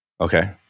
Okay